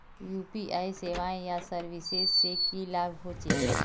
UPI सेवाएँ या services से की लाभ होचे?